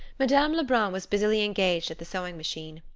madame lebrun was busily engaged at the sewing-machine.